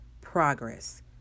progress